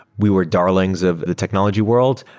we were darlings of the technology world.